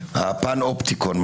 הפן אופטיקון.